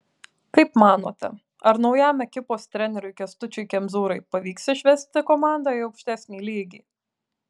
kaip manote ar naujam ekipos treneriui kęstučiui kemzūrai pavyks išvesti komandą į aukštesnį lygį